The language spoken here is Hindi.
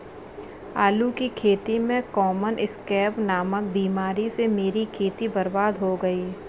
आलू की खेती में कॉमन स्कैब नामक बीमारी से मेरी खेती बर्बाद हो गई